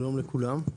שלום לכולם.